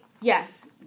yes